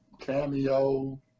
Cameo